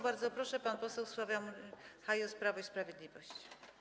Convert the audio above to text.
Bardzo proszę, pan poseł Sławomir Hajos, Prawo i Sprawiedliwość.